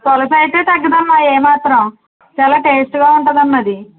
పులస అయితే తగ్గదమ్మా ఏమాత్రం చాలా టేస్ట్గా ఉంటుందమ్మా అది